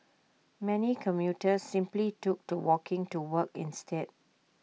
many commuters simply took to walking to work instead